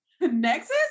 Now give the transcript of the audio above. nexus